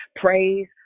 praise